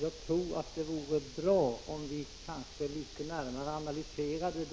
Herr talman! Det vore bra om vi litet närmare analyserade